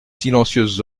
silencieuses